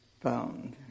found